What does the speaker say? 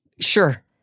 Sure